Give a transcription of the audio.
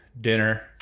dinner